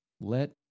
Let